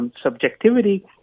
subjectivity